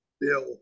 Bill